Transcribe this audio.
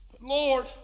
Lord